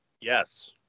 Yes